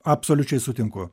absoliučiai sutinku